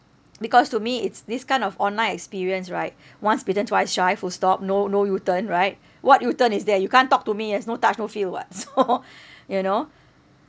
because to me it's this kind of online experience right once bitten twice shy full stop no no U-turn right what U-turn is there you can't talk to me there's no touch no feel [what] so you know